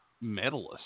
medalist